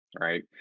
right